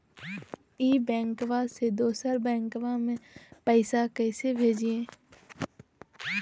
ई बैंकबा से दोसर बैंकबा में पैसा कैसे भेजिए?